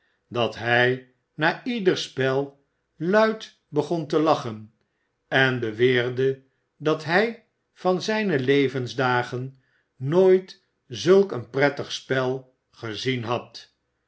dat hij na ieder spel luid begon te lachen en beweerde dat hij van zijne levensdagen nooit zulk een prettig spel gezien had